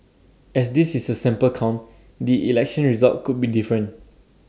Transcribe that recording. as this is A sample count the election result could be different